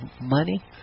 money